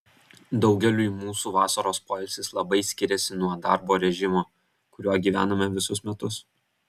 daugeliui mūsų vasaros poilsis labai skiriasi nuo darbo režimo kuriuo gyvename visus metus